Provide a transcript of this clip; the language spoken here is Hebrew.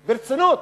ברצינות.